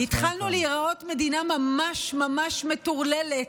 התחלנו להיראות מדינה ממש ממש מטורללת,